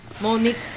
Monique